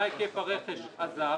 מה היקף הרכש הזר